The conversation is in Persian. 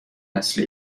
نسل